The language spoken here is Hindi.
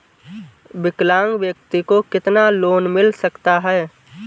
विकलांग व्यक्ति को कितना लोंन मिल सकता है?